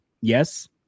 Yes